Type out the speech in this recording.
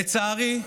לצערי,